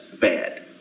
bad